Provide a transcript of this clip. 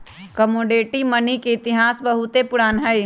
commodity money के इतिहास बहुते पुरान हइ